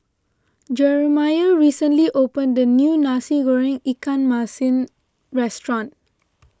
Jeramiah recently opened a new Nasi Goreng Ikan Masin restaurant